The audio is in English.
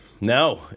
No